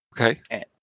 Okay